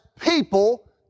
people